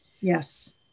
Yes